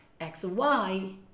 xy